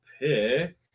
pick –